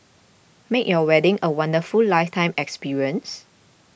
make your wedding a wonderful lifetime experience